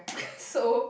so